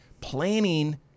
Planning